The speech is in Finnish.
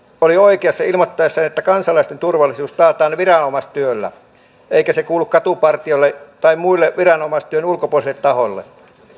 oli oikeassa ilmoittaessaan että kansalaisten turvallisuus taataan viranomaistyöllä eikä se kuulu katupartioille tai muille viranomaistyön ulkopuolisille tahoille